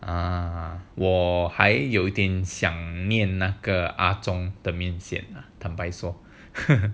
err 我还有点想念那个阿宗面线坦白说